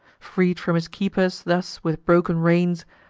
freed from his keepers, thus, with broken reins,